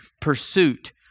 pursuit